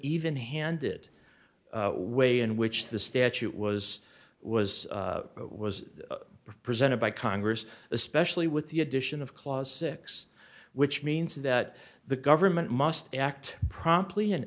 even handed way in which the statute was was was presented by congress especially with the addition of clause six which means that the government must act promptly an